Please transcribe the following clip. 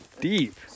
deep